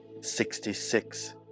Sixty-six